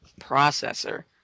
processor